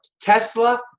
Tesla